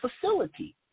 facility